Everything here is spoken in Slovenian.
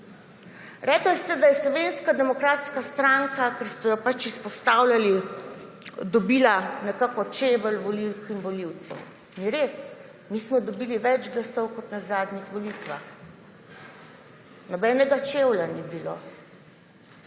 Rekli ste, da je Slovenska demokratska stranka, ki ste jo pač izpostavljali, dobila nekako čevelj volivk in volivcev. Ni res, mi smo dobili več glasov kot na zadnjih volitvah, nobenega čevlja ni bilo.